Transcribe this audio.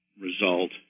result